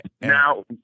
now